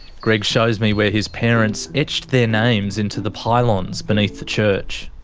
greg shows me where his parents etched their names into the pylons beneath the church.